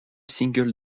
single